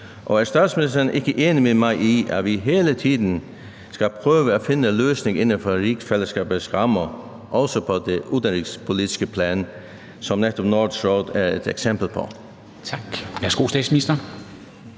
Og er statsministeren ikke enig med mig i, at vi hele tiden skal prøve at finde løsninger inden for rigsfællesskabets rammer, også på det udenrigspolitiske plan, som netop Nordisk Råd er et eksempel på?